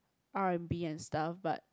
R_N_B and stuff but